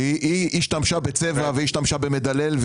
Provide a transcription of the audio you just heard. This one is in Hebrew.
כי היא השתמשה בצבע ובמדלל.